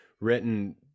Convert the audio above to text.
written